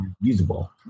usable